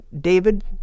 David